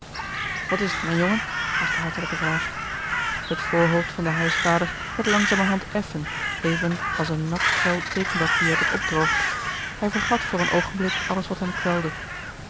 wat is t mijn jongen was de hartelijke vraag het voorhoofd van den huisvader werd langzamerhand effen even als een nat vel teekenpapier dat opdroogt hij vergat voor een oogenblik alles wat hem kwelde